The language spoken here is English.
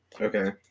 Okay